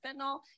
fentanyl